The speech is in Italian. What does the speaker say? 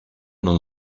non